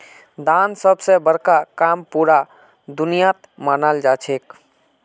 दान सब स बड़का काम पूरा दुनियात मनाल जाछेक